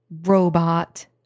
robot